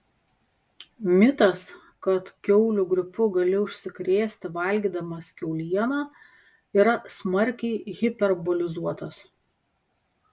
mitas kad kiaulių gripu gali užsikrėsti valgydamas kiaulieną yra smarkiai hiperbolizuotas